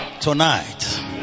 tonight